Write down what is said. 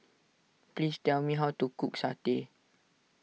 please tell me how to cook Satay